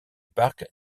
parc